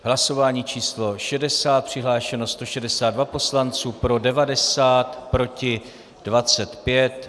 Hlasování číslo 60, přihlášeno 162 poslanců, pro 90, proti 25.